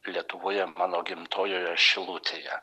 lietuvoje mano gimtojoje šilutėje